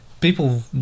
People